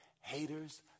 Haters